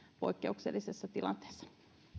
poikkeuksellisessa tilanteessa